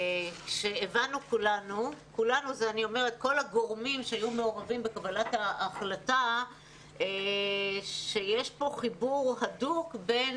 כל הגורמים שהיו מעורבים בקבלת ההחלטה הבינו שיש פה חיבור הדוק בין